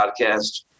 Podcast